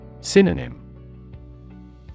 Synonym